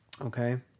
Okay